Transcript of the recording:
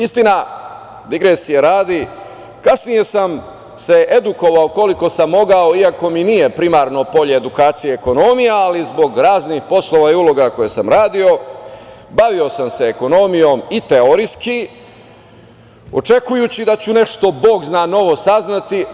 Istina, digresije radi, kasnije sam se edukovao koliko sam mogao iako mi nije primarno polje edukacije ekonomija, ali zbog raznih poslova i uloga koje samo radio bavio sam se ekonomijom i teorijski očekujući da ću nešto, bog zna novo saznati.